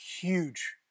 huge